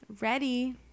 Ready